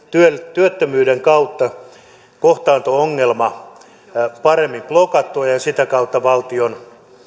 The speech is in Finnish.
työttömyyden kautta kohtaanto ongelman paremmin blokattua ja sitä kautta valtion